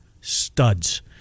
Studs